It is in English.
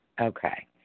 Okay